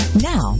Now